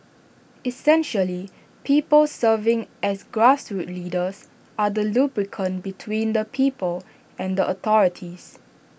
essentially people serving as grassroots leaders are the lubricant between the people and the authorities